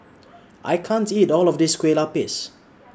I can't eat All of This Kueh Lapis